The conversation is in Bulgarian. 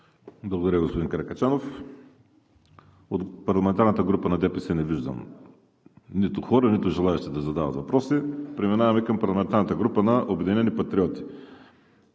Благодаря, господин Каракачанов. От парламентарната група на ДПС не виждам нито хора, нито желаещи да задават въпроси. Преминаваме към парламентарната група на „Обединени патриоти“.